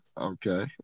Okay